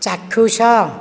ଚାକ୍ଷୁଷ